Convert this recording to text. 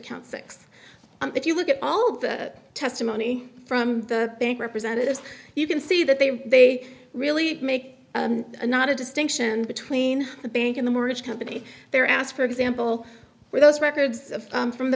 count six and if you look at all the testimony from the bank representatives you can see that they they really make not a distinction between a bank in the mortgage company they're asked for example where those records from the